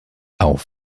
auf